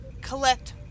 collect